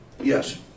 Yes